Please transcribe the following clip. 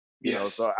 Yes